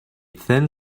thin